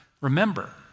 Remember